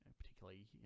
particularly